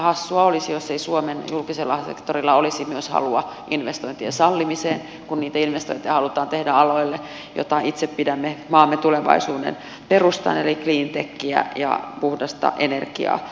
hassua olisi jos ei suomen julkisella sektorilla olisi myös halua investointien sallimiseen kun niitä investointeja halutaan tehdään alueelle jota itse pidämme maamme tulevaisuuden perustana eli cleantechiin ja puhtaaseen energiaan